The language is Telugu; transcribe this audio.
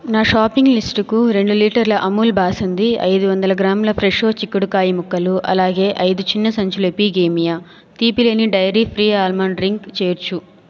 నా షాపింగ్ లిస్టుకి రెండు లీటర్ల అమూల్ బాసంది ఐదు వందలు గ్రాముల ఫ్రెషో చిక్కుడుకాయి ముక్కలు అలాగే ఐదు చిన్న సంచులు ఎపిగేమియా తీపిలేని డెయిరీ ఫ్రీ ఆల్మండ్ డ్రింక్ చేర్చు